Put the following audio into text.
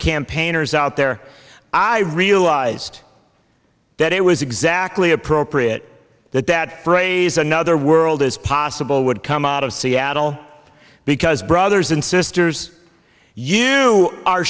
campaigners out there i realized that it was exactly appropriate that that phrase another world is possible would come out of seattle because brothers and sisters you are